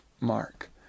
Mark